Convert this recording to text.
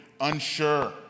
unsure